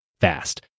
fast